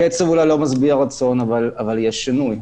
הקצב אולי לא משביע רצון, אבל יש שינוי,